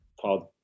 called